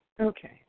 okay